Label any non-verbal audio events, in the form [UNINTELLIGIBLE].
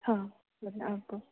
ಹಾಂ [UNINTELLIGIBLE]